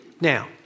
Now